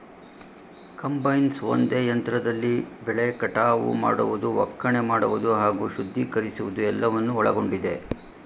combines ಒಂದೇ ಯಂತ್ರದಲ್ಲಿ ಬೆಳೆ ಕಟಾವು ಮಾಡುವುದು ಒಕ್ಕಣೆ ಮಾಡುವುದು ಹಾಗೂ ಶುದ್ಧೀಕರಿಸುವುದು ಎಲ್ಲವನ್ನು ಒಳಗೊಂಡಿದೆ